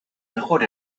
mejor